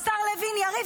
השר לוין יריב,